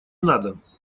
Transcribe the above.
надо